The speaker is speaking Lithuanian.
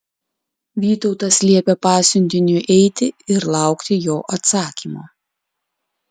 vytautas liepė pasiuntiniui eiti ir laukti jo atsakymo